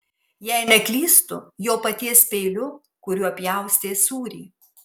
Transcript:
jei neklystu jo paties peiliu kuriuo pjaustė sūrį